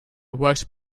worked